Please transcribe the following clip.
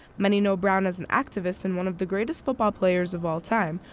many know brown as an activist and one of the greatest football players of all time,